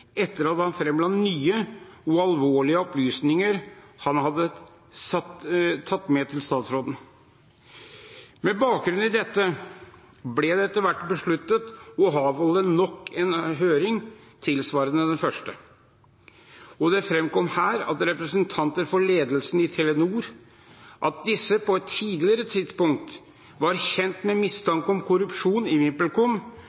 etter at han framla nye og alvorlige opplysninger han hadde tatt med til statsråden. Med bakgrunn i dette ble det etter hvert besluttet å avholde nok en høring, tilsvarende den første, og det framkom her at representanter for ledelsen i Telenor på et tidligere tidspunkt var kjent med